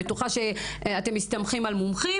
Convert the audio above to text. בטוחה שאתם מסתמכים על מומחים